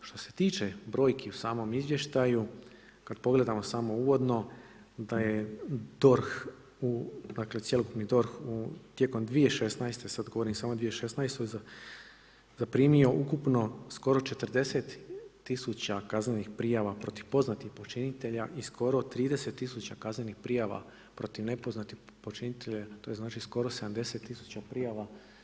Što se tiče brojki u samom izvještaju kada pogledamo samo uvodno da je DORH, dakle cjelokupni DORH tijekom 2016., sada govorim samo o 2016. zaprimio ukupno skoro 40.000 kaznenih prijava protiv poznatih počinitelja i skoro 30.000 kaznenih prijava protiv nepoznatih počinitelja, to je znači skoro 70.000 prijava.